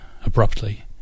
abruptly